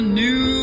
new